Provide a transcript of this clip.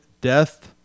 death